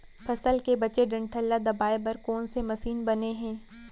फसल के बचे डंठल ल दबाये बर कोन से मशीन बने हे?